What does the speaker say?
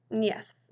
Yes